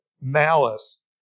malice